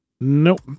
Nope